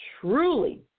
truly